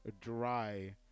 dry